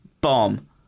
Bomb